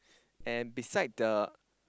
and beside the